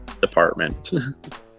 department